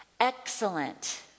excellent